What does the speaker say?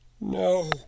No